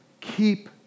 Keep